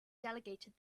delegated